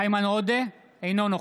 אינו נוכח